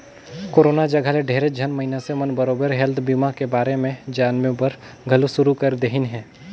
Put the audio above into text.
corona जघा ले ढेरेच झन मइनसे मन बरोबर हेल्थ बीमा के बारे मे जानेबर घलो शुरू कर देहिन हें